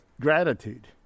gratitude